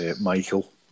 Michael